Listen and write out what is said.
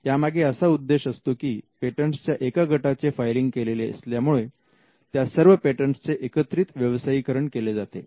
यामागे असा उद्देश असतो की पेटंटस च्या एका गटाचे फायलिंग केलेले असल्यामुळे त्या सर्व पेटंटस चे एकत्रित व्यवसायीकरण केले जाते